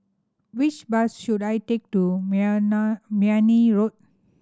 which bus should I take to Mayne Road